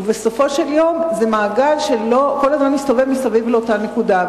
ובסופו של יום זה מעגל שכל הזמן מסתובב מסביב לאותה נקודה.